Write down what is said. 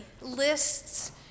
lists